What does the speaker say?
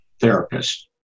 therapist